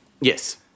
Yes